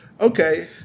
okay